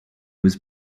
was